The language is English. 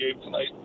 tonight